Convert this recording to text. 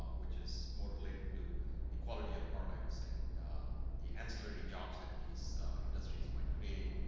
ah which is more related to the quality of products, and the ancillary jobs that these industries might create,